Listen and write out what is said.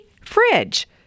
fridge